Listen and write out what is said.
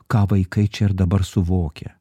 ką vaikai čia ir dabar suvokia